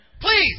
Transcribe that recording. Please